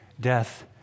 Death